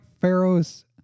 Pharaoh's